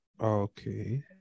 Okay